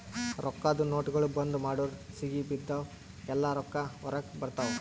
ರೊಕ್ಕಾದು ನೋಟ್ಗೊಳ್ ಬಂದ್ ಮಾಡುರ್ ಸಿಗಿಬಿದ್ದಿವ್ ಎಲ್ಲಾ ರೊಕ್ಕಾ ಹೊರಗ ಬರ್ತಾವ್